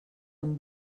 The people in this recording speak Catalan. amb